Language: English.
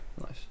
nice